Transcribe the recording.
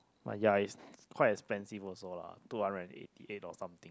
like ya is quite expensive also lah two hundred and eighty eight or something